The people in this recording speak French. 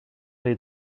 les